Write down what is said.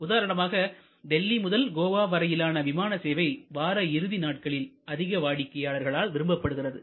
உதாரணமாக டெல்லி முதல் கோவா வரையிலான விமான சேவை வார இறுதி நாட்களில் அதிக வாடிக்கையாளர்களால் விரும்பப்படுகிறது